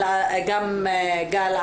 גל,